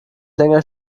länger